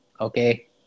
Okay